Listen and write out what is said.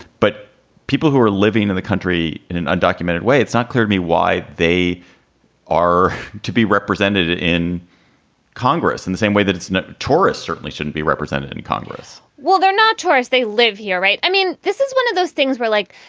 but people who are living in the country in an undocumented way. it's not clear to me why they are to be represented in congress in the same way that ah tourists certainly shouldn't be represented in congress well, they're not tourists. they live here. right. i mean, this is one of those things where, like,